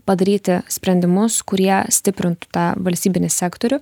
padaryti sprendimus kurie stiprintų tą valstybinį sektorių